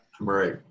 Right